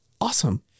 awesome